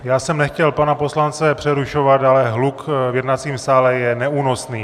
Já jsem nechtěl pana poslance přerušovat, ale hluk v jednacím sále je neúnosný.